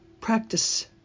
practice